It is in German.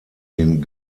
den